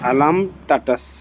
alarm status